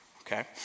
okay